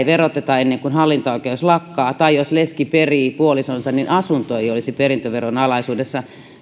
veroteta ennen kuin hallintaoikeus lakkaa tai jos leski perii puolisonsa niin asunto ei olisi perintöveron alaisuudessa